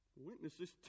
Witnesses